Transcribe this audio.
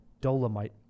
Dolomite